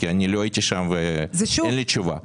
כי לא הייתי שם ואין לי תשובה.